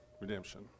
redemption